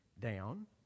down